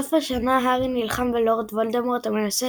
בסוף השנה הארי נלחם בלורד וולדמורט, המנסה